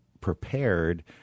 prepared